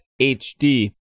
HD